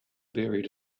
buried